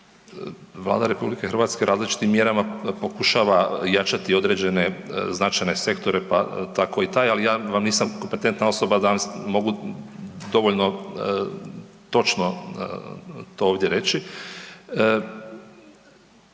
Vlada RH različitim mjerama pokušava jačati određene značajne sektore, pa tako i taj, al ja vam nisam kompetentna osoba da vam mogu dovoljno točno to ovdje reći.